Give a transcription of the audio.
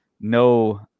no